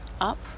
up